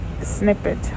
snippet